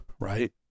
right